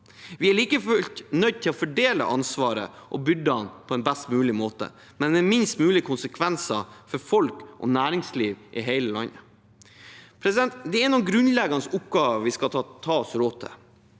Vi er like fullt nødt til å fordele ansvaret og byrdene på en best mulig måte, med minst mulig konsekvenser for folk og næringsliv i hele landet. Det er noen grunnleggende oppgaver vi skal ta oss råd·til.